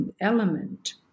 element